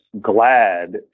glad